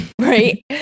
right